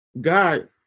God